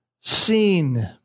seen